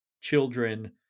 children